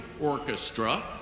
Orchestra